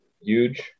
huge